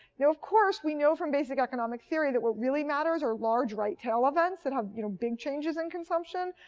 now, of course, we know from basic economic theory that what really matters are large right tail events that have you know big changes in consumption.